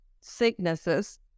sicknesses